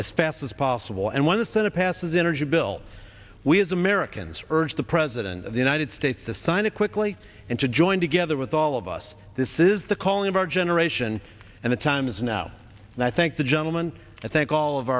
as fast as possible and when the senate passes a energy bill we as americans urge the president of the united states to sign it quickly and to join together with all of us this is the calling of our generation and the time is now and i thank the gentleman i thank all of